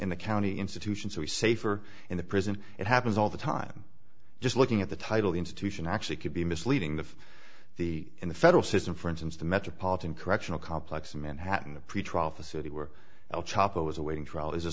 in the county institution so we safer in the prison it happens all the time just looking at the title the institution actually could be misleading the the in the federal system for instance the metropolitan correctional complex in manhattan the pretrial facility where el